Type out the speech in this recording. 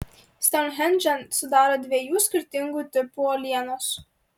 stounhendžą sudaro dviejų skirtingų tipų uolienos